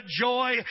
joy